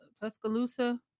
Tuscaloosa